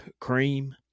cream